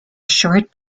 short